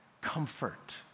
comfort